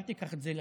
אל תיקח את זה ללב,